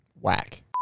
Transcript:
Whack